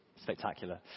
spectacular